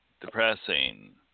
depressing